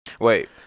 Wait